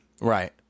right